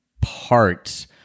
parts